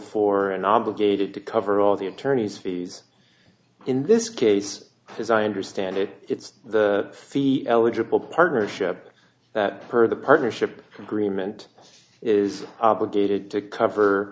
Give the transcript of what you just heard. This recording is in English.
for an obligated to cover all the attorney's fees in this case as i understand it it's the fee eligible partnership that per the partnership agreement is obligated to cover